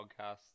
podcasts